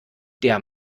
der